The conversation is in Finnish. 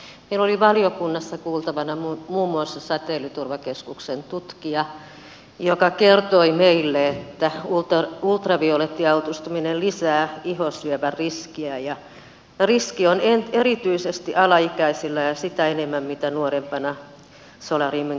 meillä oli valiokunnassa kuultavana muun muassa säteilyturvakeskuksen tutkija joka kertoi meille että ultraviolettialtistuminen lisää ihosyövän riskiä ja riski on erityisesti alaikäisillä ja sitä suurempi mitä nuorempana solariumin käyttö aloitetaan